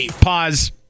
Pause